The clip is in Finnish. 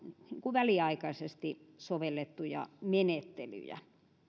väliaikaisesti sovellettuja menettelyjä